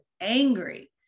angry